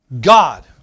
God